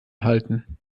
halten